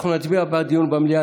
אנחנו נצביע בעד דיון במליאה,